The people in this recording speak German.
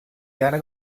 gerne